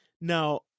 Now